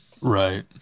right